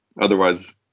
Otherwise